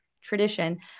tradition